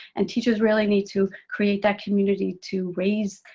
and teachers really need to create that community, to raise,